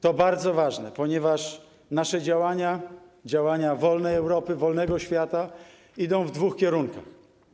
To bardzo ważne, ponieważ nasze działania, działania wolnej Europy, wolnego świata idą w dwóch kierunkach.